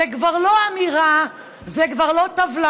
זו כבר לא אמירה, אלו כבר לא טבלאות,